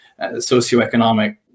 socioeconomic